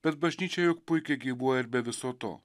bet bažnyčia juk puikiai gyvuoja ir be viso to